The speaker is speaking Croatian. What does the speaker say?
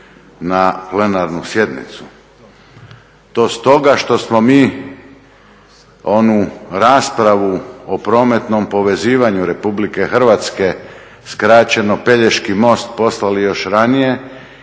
na plenarnu sjednicu. To stoga što smo mi onu raspravu o prometnom povezivanju Republike Hrvatske, skraćeno Pelješki most, poslali još ranije